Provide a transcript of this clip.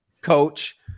coach